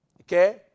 Okay